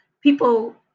people